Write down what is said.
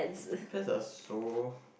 depend are so